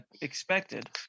expected